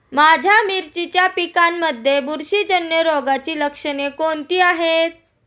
माझ्या मिरचीच्या पिकांमध्ये बुरशीजन्य रोगाची लक्षणे कोणती आहेत?